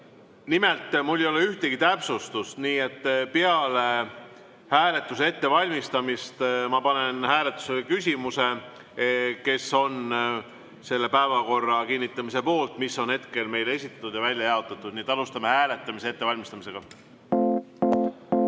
Nimelt, mul ei ole ühtegi täpsustust, nii et peale hääletuse ettevalmistamist ma panen hääletusele küsimuse, kes on selle päevakorra kinnitamise poolt, mis on hetkel meile esitatud ja välja jaotatud. Alustame hääletamise ettevalmistamist. Aitäh